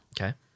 Okay